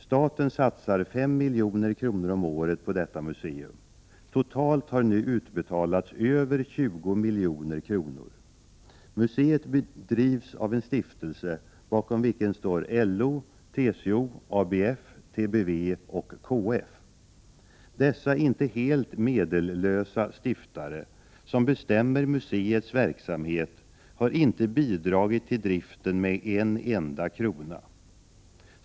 Staten satsar 5 milj.kr. om året på detta museum; totalt har nu 25 april 1989 utbetalats över 20 milj.kr. Museet drivs av en stiftelse, bakom vilken står lag tillkul iljö LO, TCO, ABF, TBV och KF. Kd ENE ; 4 samt till museer och ut Dessa inte helt meddellösa stiftare som bestämmer museets verksamhet ställningar har inte bidragit till driften med en enda krona.